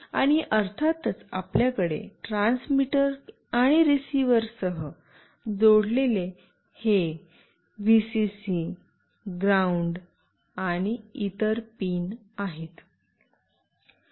आणि अर्थातच आपल्याकडे ट्रान्समीटर आणि रिसीव्हरसह जोडलेले हे व्हीसीसी ग्राउंड आणि इतर पिन आहेत